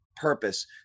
purpose